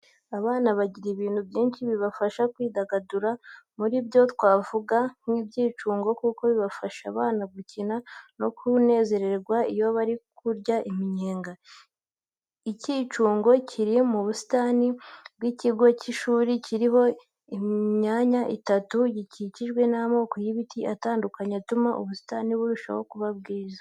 Abana bagira ibintu byinshi bibafasha kwidagadura, muri byo twavuga nk'ibyicungo kuko bifasha abana gukina no kunezerwa iyo bari kurya iminyenga. Icyicungo kiri mu busitani bw'ikigo cy'ishuri kiriho imyanya itatu, gikikijwe n'amoko y'ibiti atandukanye atuma ubusitani burushaho kuba bwiza.